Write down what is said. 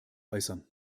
äußern